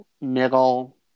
middle